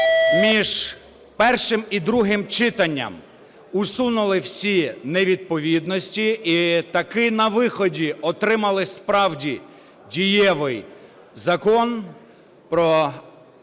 між першим і другим читанням усунули всі невідповідності і таки на виході отримали справді дієвий Закон про